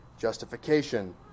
justification